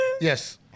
Yes